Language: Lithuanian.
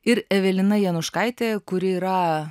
ir evelina januškaitė kuri yra